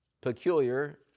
peculiar